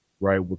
right